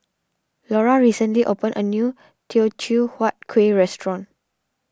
Lora recently opened a new Teochew HuatKueh restaurant